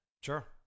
sure